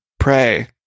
Pray